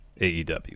AEW